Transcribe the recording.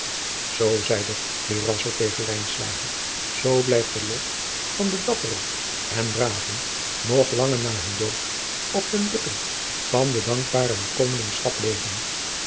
tegen lijnslager zoo blijft de lof van de dapperen en braven nog lange na hunn dood op de lippen van de dankbare nakomelingschap leven